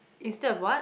instead of what